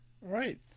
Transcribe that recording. Right